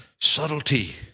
subtlety